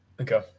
Okay